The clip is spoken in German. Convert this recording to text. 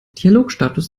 dialogstatus